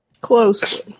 Close